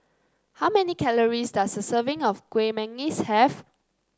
how many calories does a serving of Kueh Manggis have